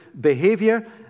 behavior